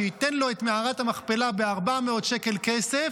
שייתן לו את מערכת המכפלה ב-400 שקל כסף,